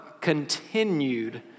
continued